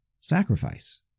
sacrifice